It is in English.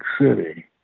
City